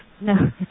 No